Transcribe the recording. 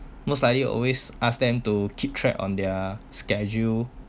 most likely will always ask them to keep track on their schedule